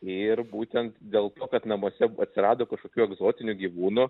ir būtent dėl to kad namuose atsirado kažkokių egzotinių gyvūnų